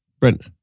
Brent